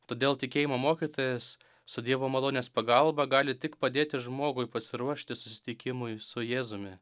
todėl tikėjimo mokytojas su dievo malonės pagalba gali tik padėti žmogui pasiruošti susitikimui su jėzumi